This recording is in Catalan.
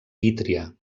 vítria